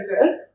good